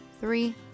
three